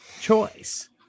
choice